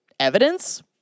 evidence